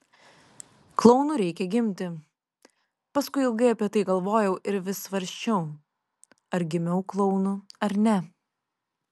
klounu reikia gimti paskui ilgai apie tai galvojau ir vis svarsčiau ar gimiau klounu ar ne